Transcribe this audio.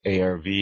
arv